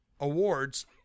awards